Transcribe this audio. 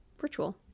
virtual